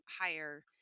higher